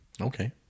Okay